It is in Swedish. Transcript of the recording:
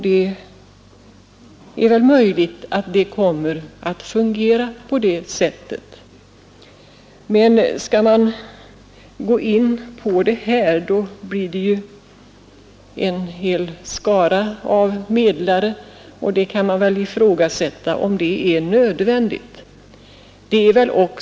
Det är väl möjligt, men skall man gå in på detta då blir det en hel skara av medlare, och man kan ifrågasätta om det är nödvändigt.